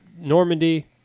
Normandy